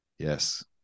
Yes